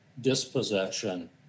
dispossession